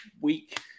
week